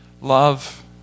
Love